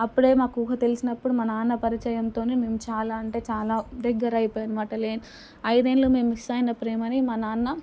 అప్పుడే మాకు ఊహ తెలిసినప్పుడు మా నాన్న పరిచయంతోనే మేము చాలా అంటే చాలా దగ్గరైపోయాము అన్నమాట ఐదేండ్లు మేము మిస్ అయిన ప్రేమని మా నాన్న